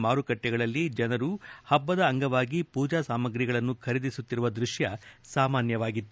ಮಾರುಕಟ್ಟಿಗಳಲ್ಲಿ ಜನರು ಹಬ್ಬದ ಅಂಗವಾಗಿ ಪೂಜಾ ಸಾಮಗ್ರಿಗಳನ್ನು ಖರೀದಿಸುತ್ತಿರುವ ದೃಶ್ಯ ಸಾಮಾನ್ಗವಾಗಿತ್ತು